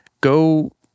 go